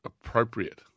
appropriate